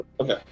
Okay